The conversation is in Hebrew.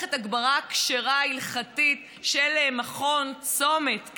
מערכת הגברה כשרה הלכתית של מכון צומת.